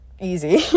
easy